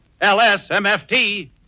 LSMFT